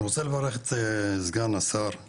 אני רוצה לברך את סגן שרת הכלכלה,